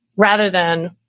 rather than,